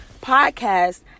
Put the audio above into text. podcast